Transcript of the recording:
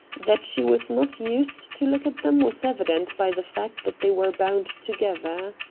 that she was not used to look at them was evident by the fact that they were bound together.